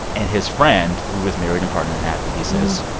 and his friend, who is married and partnered and happy, he says,